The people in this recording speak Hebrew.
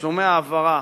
תשלומי ההעברה